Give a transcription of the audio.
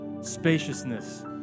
spaciousness